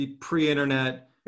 pre-internet